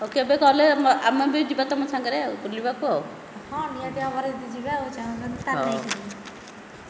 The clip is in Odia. ଆଉ କେବେ ଗଲେ ଗଲେ ଆମେ ବି ଯିବା ତୁମ ସାଙ୍ଗରେ ବୁଲିବାକୁ ଆଉ ହଁ ନିହାତି ଭାବରେ ଯିବା ଯଦି ଚାହୁଁଛନ୍ତି ତାହାଲେ ନେଇକି ଯିବି